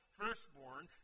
firstborn